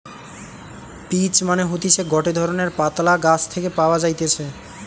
peach মানে হতিছে গটে ধরণের পাতলা গাছ থেকে পাওয়া যাইতেছে